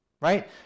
Right